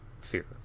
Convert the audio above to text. fear